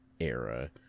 era